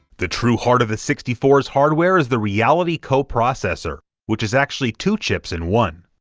the true heart of the sixty four s hardware is the reality co-processor, which is actually two chips in one.